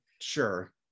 Sure